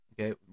Okay